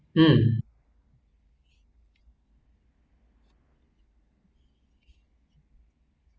um